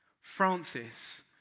Francis